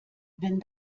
wenn